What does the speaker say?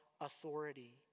authority